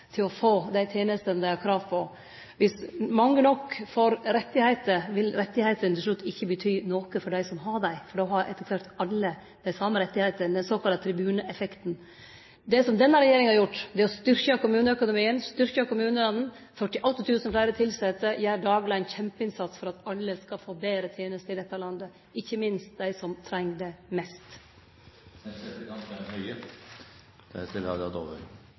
til å få dei tenestene dei har krav på. Dersom mange nok får rettar, vil rettane til slutt ikkje bety noko for dei som har dei, då har etter kvart alle dei same rettane – den såkalla tribuneeffekten. Det som denne regjeringa har gjort, er å styrkje kommuneøkonomien, styrkje kommunane – 48 000 fleire tilsette gjer dagleg ein kjempeinnsats for at alle skal få betre tenester i dette landet, ikkje minst dei som treng det mest.